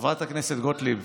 חברת הכנסת גוטליב,